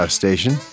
station